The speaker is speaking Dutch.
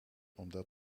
omdat